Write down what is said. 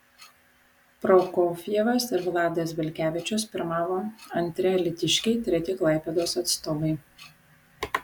prokofjevas ir vladas belkevičius pirmavo antri alytiškiai treti klaipėdos atstovai